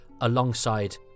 alongside